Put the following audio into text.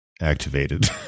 activated